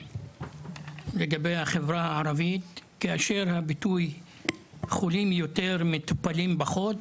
לגבי החברה הערבית כאשר הביטוי חולים יותר מטופלים פחות